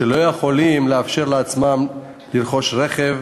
שלא יכולים לאפשר לעצמם לרכוש רכב.